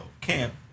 camp